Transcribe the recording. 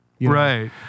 Right